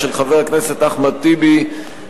של חבר הכנסת אחמד טיבי,